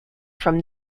from